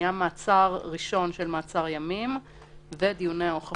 היה מעצר ראשון של מעצר ימים ודיוני הוכחות.